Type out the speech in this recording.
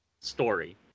story